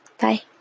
Bye